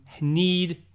need